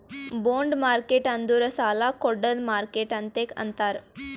bond market ಅಂದುರ್ ಸಾಲಾ ಕೊಡ್ಡದ್ ಮಾರ್ಕೆಟ್ ಅಂತೆ ಅಂತಾರ್